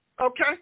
Okay